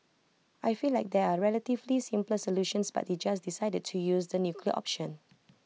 I feel like there are relatively simpler solutions but they just decided to use the nuclear option